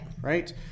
Right